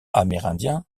amérindien